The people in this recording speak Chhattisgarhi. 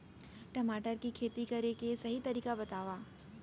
टमाटर की खेती करे के सही तरीका बतावा?